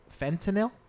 fentanyl